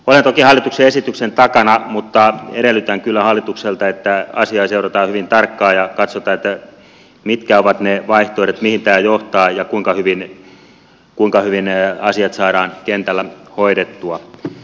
olen toki hallituksen esityksen takana mutta edellytän kyllä hallitukselta että asiaa seurataan hyvin tarkkaan ja katsotaan mitkä ovat ne vaihtoehdot mihin tämä johtaa ja kuinka hyvin ne asiat saadaan kentällä hoidettua